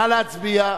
נא להצביע.